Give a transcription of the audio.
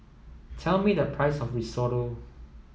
tell me the price of Risotto